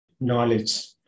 knowledge